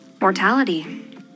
mortality